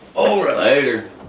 Later